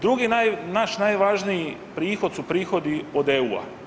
Drugi naš najvažniji prihod su prihodi od EU.